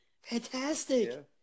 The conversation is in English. Fantastic